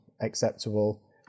acceptable